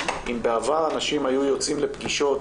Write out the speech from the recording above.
אם בעבר אנשים היו יוצאים לפגישות